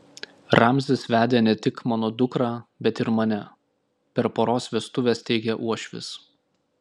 ramzis vedė ne tik mano dukrą bet ir mane per poros vestuves teigė uošvis